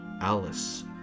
Alice